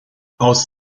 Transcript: aus